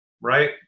right